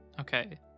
Okay